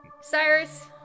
Cyrus